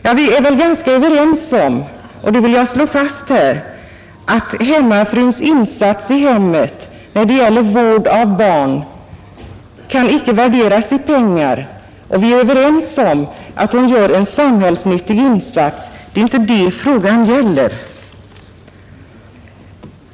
Ja, vi är väl ganska överens om =— det vill jag slå fast här — att hemmafruns insatser i hemmet och när det gäller vården av barn icke kan värderas i pengar. Vi är överens om att hon gör en samhällsnyttig insats, men det är inte det frågan gäller.